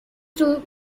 through